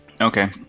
okay